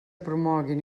promoguin